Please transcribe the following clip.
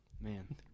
Man